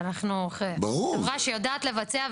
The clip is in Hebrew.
שאנחנו חברה שיודעת לבצע,